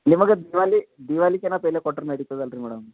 ನಿಮಗೆ ದೀವಾಲಿ ದೀವಾಲಿ ಕೆನ್ನ ಪೆಹ್ಲೆ ಕೊಟ್ರೆ ನಡೀತದಲ್ರಿ ಮೇಡಮ್